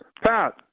Pat